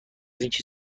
اینکه